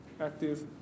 active